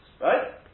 Right